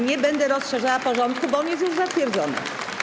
Nie będę rozszerzała porządku, bo on jest już zatwierdzony.